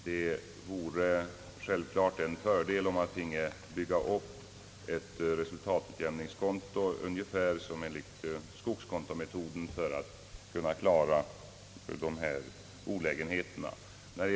Det vore självklart en fördel om man finge bygga upp ett resultatutjämningskonto ungefär som skogskontometoden för att klara dessa olägenheter.